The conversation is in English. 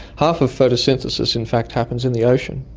half of photosynthesis in fact happens in the ocean.